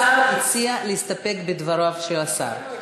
השר הציע להסתפק בדבריו של השר.